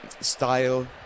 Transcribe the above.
style